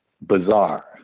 bizarre